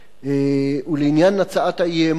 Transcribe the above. לעניין הצעת האי-אמון,